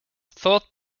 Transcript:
thought